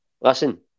listen